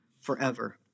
forever